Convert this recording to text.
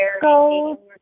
go